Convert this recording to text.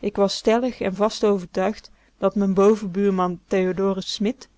ik was stellig en vast overtuigd dat m'n bovenbuurman théod smit